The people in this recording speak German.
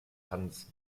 hans